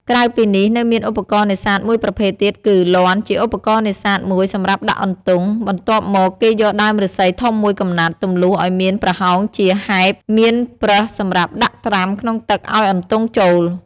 ក្រៅពីនេះនៅមានឧបករណ៍នេសាទមួយប្រភេទទៀតគឺ លាន់ ជាឧបករណ៍នេសាទមួយសម្រាប់ដាក់អន្ទង់ បន្ទាប់មកគេយកដើមឫស្សីធំមួយកំណាត់ ទម្លុះឲ្យមានប្រហោងជាហែប មានប្រឹសសម្រាប់ដាក់ត្រាំក្នុងទឹកឲ្យអន្ទង់ចូល។